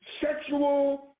sexual